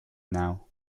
now